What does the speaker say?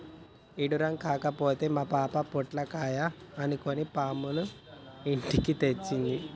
ఇడ్డురం కాకపోతే మా పాప పొట్లకాయ అనుకొని పాముని ఇంటికి తెచ్చింది